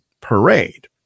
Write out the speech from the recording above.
parade